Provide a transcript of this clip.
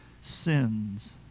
sins